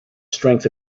strength